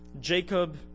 Jacob